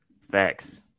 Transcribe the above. Facts